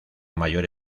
mayor